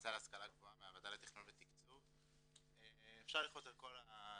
מהועדה לתכנון ותקצוב, מהמל"ג.